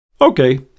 Okay